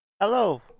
hello